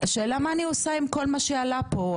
השאלה מה אני עושה עם כל מה שעלה פה,